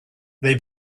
they